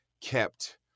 Kept